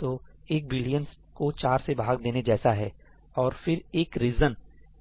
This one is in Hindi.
तो एक बिलियन को 4 से भाग देने जैसा है और और फिर एक रीजन